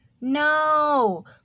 no